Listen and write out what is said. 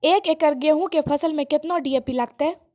एक एकरऽ गेहूँ के फसल मे केतना डी.ए.पी लगतै?